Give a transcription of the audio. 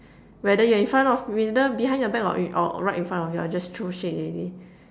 whether you're in front of whether behind your back or or right in front of you I'll just throw shit already